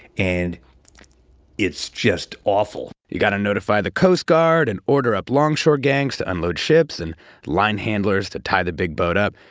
and it's just awful you got to notify the coast guard, and order up longshore gangs to unload ships, and line handlers to tie the big boat up.